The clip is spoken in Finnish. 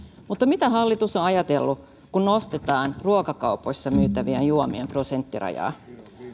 mutta mitä hallitus on ajatellut kun nostetaan ruokakaupoissa myytävien juomien prosenttirajaa